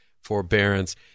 forbearance